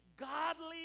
Godly